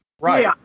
Right